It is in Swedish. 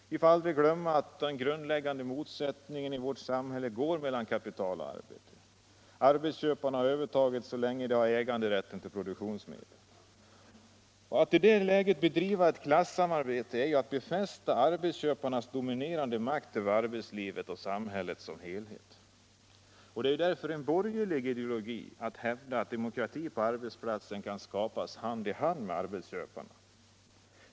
Vi får aldrig glömma att den grundläggande motsättningen i vårt samhälle går mellan kapital och arbete. Arbetsköparna har övertaget så länge de har äganderätten till produktionsmedlen. Att i det läget bedriva klassamarbete är att befästa arbetsköparnas dominerande makt över arbetslivet och samhället som helhet. Det är därför en borgerlig ideologi att hävda att demokrati på arbetsplatsen kan skapas hand i hand med arbetsköparna.